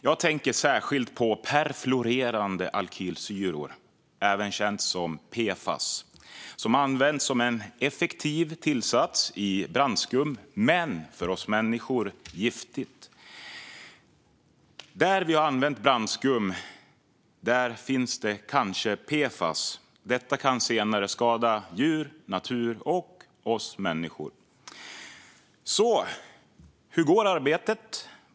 Jag tänker särskilt på perfluorerade alkylsyror, även kända som PFAS, som används som en effektiv tillsats i brandskum men för oss människor är giftiga. Där vi har använt brandskum, där finns det kanske PFAS. Dessa kan senare skada djur, natur och oss människor. Hur går arbetet?